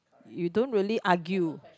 you don't really argue